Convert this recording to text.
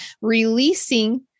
releasing